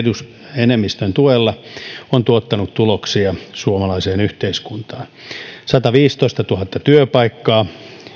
enemmistön tuella on tuottanut tuloksia suomalaiseen yhteiskuntaan sataviisitoistatuhatta työpaikkaa